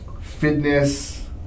fitness